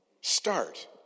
Start